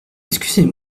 excusez